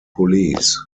police